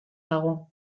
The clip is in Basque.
dago